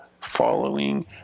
following